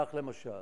כך, למשל,